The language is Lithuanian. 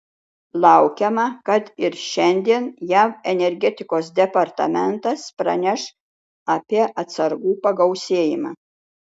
laukiama kad ir šiandien jav energetikos departamentas praneš apie atsargų pagausėjimą